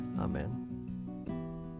Amen